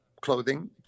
clothing